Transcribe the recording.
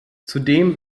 zudem